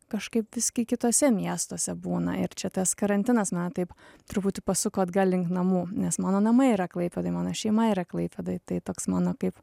kažkaip visgi kituose miestuose būna ir čia tas karantinas na taip truputį pasuko atgal link namų nes mano namai yra klaipėdoj mano šeima yra klaipėdoj tai toks mano kaip